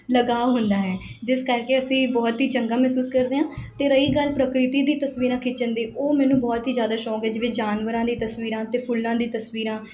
ਲਗਾਵ ਹੁੰਦਾ ਹੈ ਜਿਸ ਕਰਕੇ ਅਸੀਂ ਬਹੁਤ ਹੀ ਚੰਗਾ ਮਹਿਸੂਸ ਕਰਦੇ ਹਾਂ ਅਤੇ ਰਹੀ ਗੱਲ ਪ੍ਰਕਿਰਤੀ ਦੀ ਤਸਵੀਰਾਂ ਖਿੱਚਣ ਦੀ ਉਹ ਮੈਨੂੰ ਬਹੁਤ ਹੀ ਜ਼ਿਆਦਾ ਸ਼ੌਂਕ ਹੈ ਜਿਵੇਂ ਜਾਨਵਰਾਂ ਦੀ ਤਸਵੀਰਾਂ ਅਤੇ ਫੁੱਲਾਂ ਦੀ ਤਸਵੀਰਾਂ